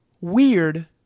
weird